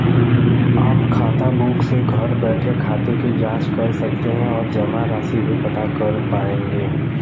आप खाताबुक से घर बैठे खाते की जांच कर सकते हैं और जमा राशि भी पता कर पाएंगे